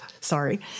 Sorry